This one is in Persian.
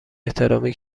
احترامی